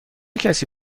کسی